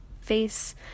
face